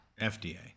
FDA